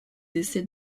essais